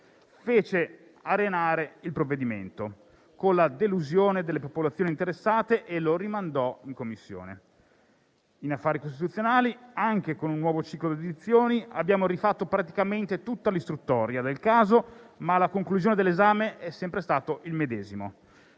fece arenare il provvedimento, con la delusione delle popolazioni interessate, e lo rimandò in Commissione affari costituzionali, dove, anche con un nuovo ciclo di audizioni, abbiamo rifatto praticamente tutta l'istruttoria del caso, ma la conclusione dell'esame è sempre stata la medesima: